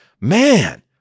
man